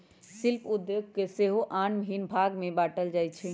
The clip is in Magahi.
शिल्प उद्योग के सेहो आन भिन्न भाग में बाट्ल जाइ छइ